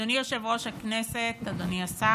אדוני יושב-ראש הכנסת, אדוני השר,